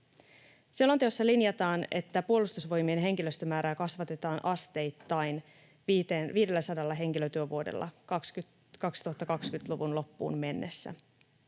Selonteossa linjataan, että Puolustusvoimien henkilöstömäärää kasvatetaan asteittain 500 henkilötyövuodella 2020-luvun loppuun mennessä.